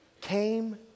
came